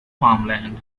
farmland